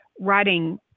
writing